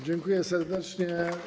Dziękuję serdecznie.